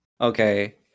Okay